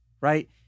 right